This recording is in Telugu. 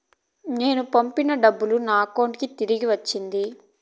నేను పంపిన డబ్బులు నా అకౌంటు కి తిరిగి వచ్చింది